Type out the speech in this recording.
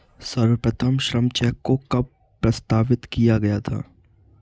सर्वप्रथम श्रम चेक को कब प्रस्तावित किया गया था?